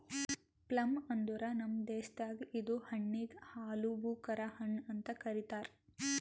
plum ಅಂದುರ್ ನಮ್ ದೇಶದಾಗ್ ಇದು ಹಣ್ಣಿಗ್ ಆಲೂಬುಕರಾ ಹಣ್ಣು ಅಂತ್ ಕರಿತಾರ್